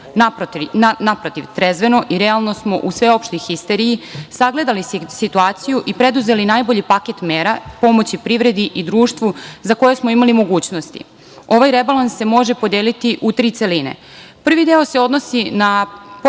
naprotiv, trezveno i realno smo u sveopštoj histeriji, sagledali situaciju i preduzeli najbolji paket mera pomoći privredi i društvu za koje smo imali mogućnosti. Ovaj rebalans može se podeliti u tri celine. Prvi deo se odnosi na